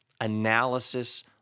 analysis